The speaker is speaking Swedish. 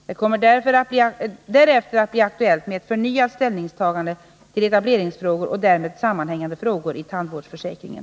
Det kommer därefter att bli aktuellt med ett förnyat ställningstagande till etableringsfrågor och därmed sammanhängande frågor i tandvårdsförsäkringen.